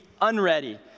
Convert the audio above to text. unready